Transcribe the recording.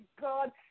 God